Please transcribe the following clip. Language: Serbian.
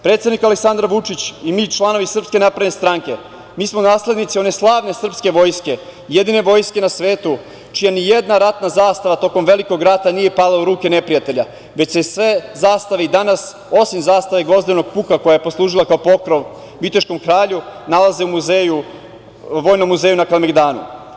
Predsednik Aleksandar Vučić i mi članovi SNS, mi smo naslednici one slavne srpske vojske, jedine vojske na svetu čija ni jedna ratna zastava tokom velikog rata nije pala u ruke neprijatelja, već se sve zastave i danas, osim zastave Gvozdenog puka koja je poslužila kao pokrov viteškom kralju nalaze u Vojnom muzeju na Kalemegdanu.